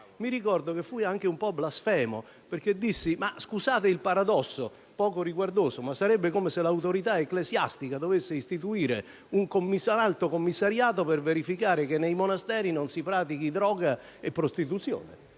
Mi ricordo che fui anche un po' blasfemo, perché dissi: «Scusate il paradosso poco riguardoso, ma sarebbe come se l'autorità ecclesiastica dovesse istituire un alto commissariato per verificare che nei monasteri non si pratichi droga e prostituzione!».